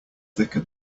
thicker